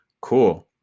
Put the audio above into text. cool